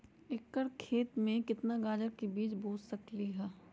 एक एकर खेत में केतना गाजर के बीज बो सकीं ले?